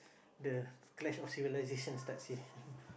the clash of civilisation starts here